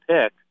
pick